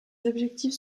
objectifs